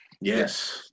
yes